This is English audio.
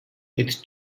with